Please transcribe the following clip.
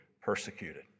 persecuted